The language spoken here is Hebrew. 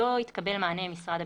לא התקבל מענה ממשרד הביטחון.